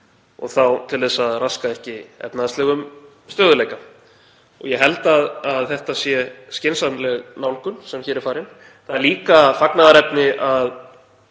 og þá til að raska ekki efnahagslegum stöðugleika. Ég held að það sé skynsamleg nálgun sem hér er farin. Það er líka fagnaðarefni að